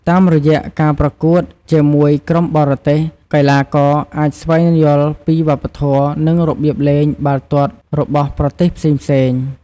តាមរយៈការប្រកួតជាមួយក្រុមបរទេស កីឡាករអាចស្វែងយល់ពីវប្បធម៌ និងរបៀបលេងបាល់ទាត់របស់ប្រទេសផ្សេងៗ។